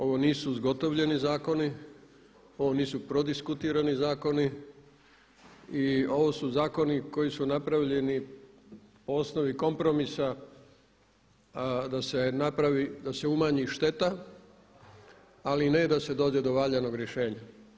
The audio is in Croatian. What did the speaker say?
Ovo nisu zgotovljeni zakoni, ovo nisu prodiskutirani zakoni i ovo su zakoni koji su napravljeni po osnovi kompromisa da se napravi, da se umanji šteta ali ne i da se dođe do valjanog rješenja.